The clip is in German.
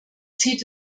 zieht